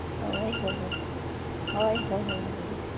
ᱦᱳᱭ ᱦᱳᱭ ᱦᱳᱭ ᱦᱳᱭ ᱦᱳᱭ ᱦᱳᱭ ᱵᱷᱟᱹᱜᱤ ᱜᱮ